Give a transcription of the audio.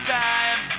time